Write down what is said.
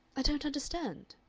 i don't understand.